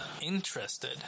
interested